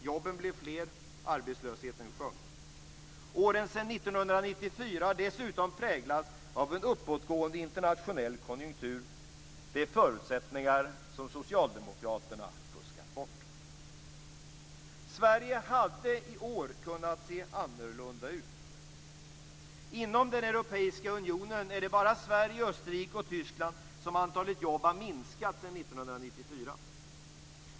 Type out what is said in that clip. Jobben blev fler. Arbetslösheten sjönk. Åren sedan 1994 har dessutom präglats av en uppåtgående internationell konjunktur. Det är förutsättningar som Socialdemokraterna har fuskat bort. Sverige hade i år kunnat se annorlunda ut. Inom den europeiska unionen är det bara i Sverige, Österrike och Tyskland som antalet jobb har minskat sedan 1994.